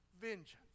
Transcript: vengeance